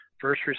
first